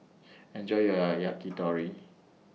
Enjoy your Yakitori